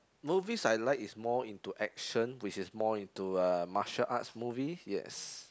movies I like is more into action which is more into uh martial arts movies yes